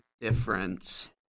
difference